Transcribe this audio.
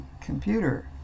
computer